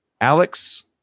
Alex